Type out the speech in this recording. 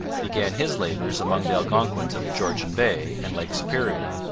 began his labours among the algonquins of georgian bay and lake superior.